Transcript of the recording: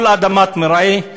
כל אדמת מרעה,